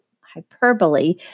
hyperbole